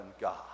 God